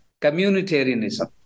communitarianism